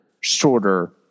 shorter